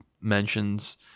mentions